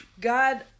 God